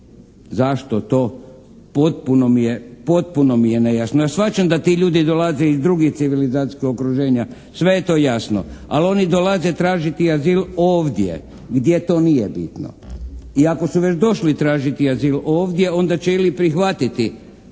Zašto to potpuno mi je nejasno. Ja shvaćam da ti ljudi dolaze iz drugih civilizacijskih okruženja. Sve je to jasno. Ali oni dolaze tražiti azil ovdje gdje to nije bitno. I ako su već došli tražiti azil ovdje onda će ili prihvatiti